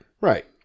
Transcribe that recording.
Right